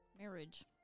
Marriage